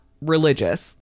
religious